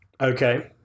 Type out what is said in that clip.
Okay